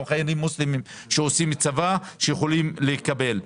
גם חיילים מוסלמים שמשרתים בצבא ויכולים להתקבל לתכנית.